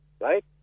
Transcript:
right